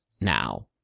now